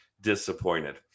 disappointed